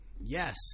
Yes